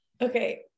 okay